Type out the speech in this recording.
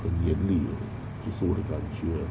很严厉啊这是我的感觉